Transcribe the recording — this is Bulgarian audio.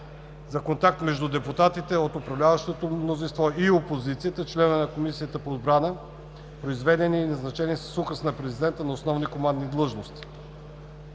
за контакт между депутатите от управляващото мнозинство и опозицията – членове на Комисията по отбрана, произведените и назначени с указ на президента на основни командни длъжности.